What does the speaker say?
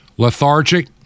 lethargic